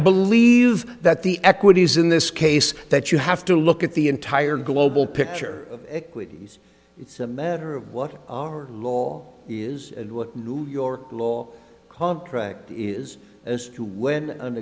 believe that the equities in this case that you have to look at the entire global picture of equities it's a matter of what our law is and what new york law contract is as to when an